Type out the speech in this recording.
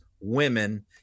women